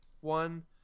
one